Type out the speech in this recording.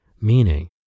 meaning